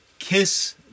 Kiss